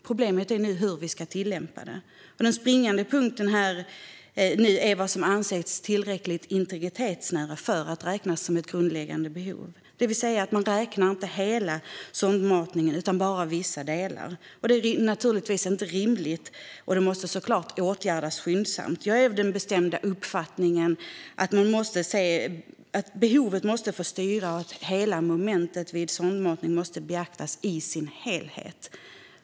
Problemet är nu hur vi ska tillämpa domen. Den springande punkten är vad som ska anses vara tillräckligt integritetsnära för att räknas som ett grundläggande behov. Man räknar alltså inte hela sondmatningen utan bara vissa delar. Det är naturligtvis inte rimligt, och det måste såklart åtgärdas skyndsamt. Jag är av den bestämda uppfattningen att behovet måste få styra och att sondmatning måste betraktas i sin helhet.